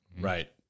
right